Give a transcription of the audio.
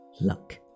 luck